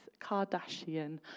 Kardashian